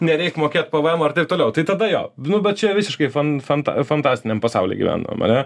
nereik mokėt pvmo ir taip toliau tai tada jo nu bet čia visiškai fan fanta fantastiniam pasauly gyvenam ane